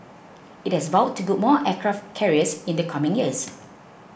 it has vowed to build more aircraft carriers in the coming years